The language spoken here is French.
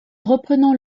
reprenant